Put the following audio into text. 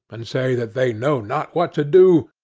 and say that they know not what to do,